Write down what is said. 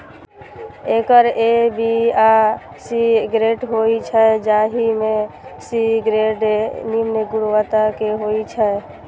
acre A, B आ C grade होइ छै, जाहि मे सी ग्रेड निम्न गुणवत्ता के होइ छै